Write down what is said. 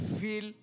feel